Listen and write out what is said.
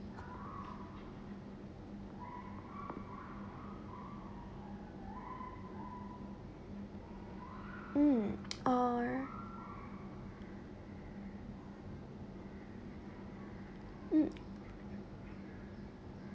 mm or mm